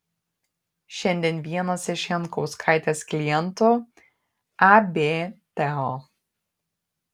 šiandien vienas iš jankauskaitės klientų ab teo